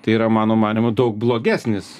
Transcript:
tai yra mano manymu daug blogesnis